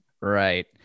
Right